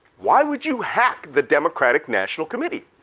why would you hack the democratic national committee?